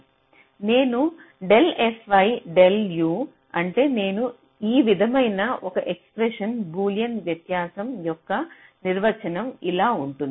నేను del fi del u అంటే నేను ఈ విధమైన ఒక ఎక్స్ప్రెషన్ బూలియన్ వ్యత్యాసం యొక్క నిర్వచనం ఇలా ఉంటుంది